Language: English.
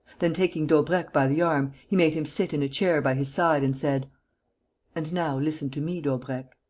then, taking daubrecq by the arm, he made him sit in a chair by his side and said and now listen to me, daubrecq.